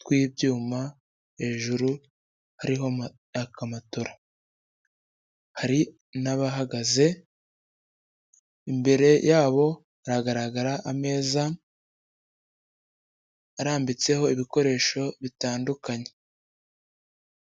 tw’ibyuma hejuru hariho akamatora, hari n'abahagaze imbere yabo haragaragara ameza arambitseho ibikoresho bitandukanye.